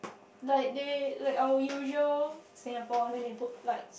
like they like our usual Singapore then they put like